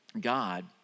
God